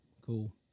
cool